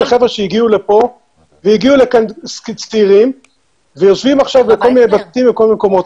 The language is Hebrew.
חבר'ה שהגיעו לפה צעירים ויושבים עכשיו בכל מיני בתים ובכל מיני מקומות.